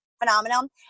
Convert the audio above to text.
phenomenal